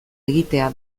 egitea